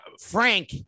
Frank